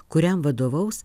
kuriam vadovaus